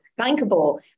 bankable